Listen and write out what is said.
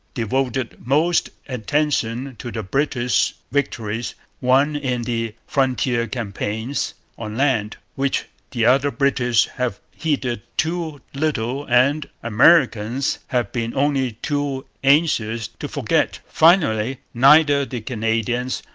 devoted most attention to the british victories won in the frontier campaigns on land, which the other british have heeded too little and americans have been only too anxious to forget. finally, neither the canadians,